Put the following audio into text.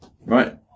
right